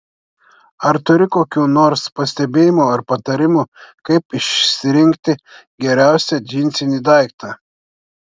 ar turi kokių nors pastebėjimų ar patarimų kaip išsirinkti geriausią džinsinį daiktą